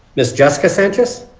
miss jessica sanchez?